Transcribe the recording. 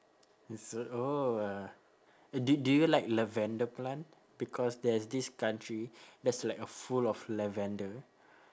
is it oh uh do do you like lavender plant because there's this country that's like a full of lavender